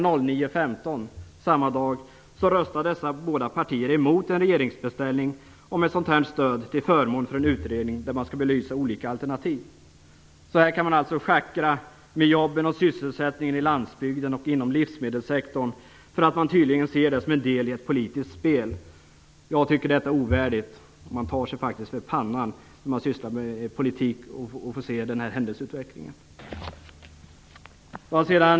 9.15 samma dag röstade dessa båda partier mot en beställning till regeringen av ett stöd till förmån för en utredning där man skall belysa olika alternativ. Så här kan man alltså schackra med jobben och sysselsättningen på landsbygden och inom livsmedelssektorn, därför att detta tydligen ses som en del i ett politiskt spel. Jag tycker att det är ovärdigt. Man tar sig faktiskt för pannan, när man sysslar med politik och får se en sådan händelseutveckling. Fru talman!